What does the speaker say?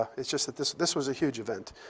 ah it's just that this this was a huge event.